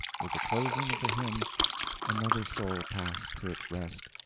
with the closing of the hymn another soul passed to its rest,